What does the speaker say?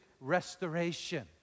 restoration